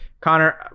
connor